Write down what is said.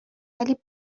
ولی